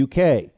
UK